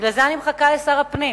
בגלל זה אני מחכה לשר הפנים.